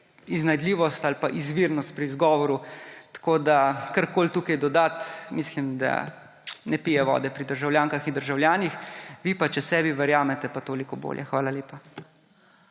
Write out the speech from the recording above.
iznajdljivost ali pa izvirnost pri izgovoru. Tako da karkoli tukaj dodati, mislim, da ne pije vode pri državljankah in državljanih, vi pa če sebi verjamete, pa toliko bolje. Hvala lepa.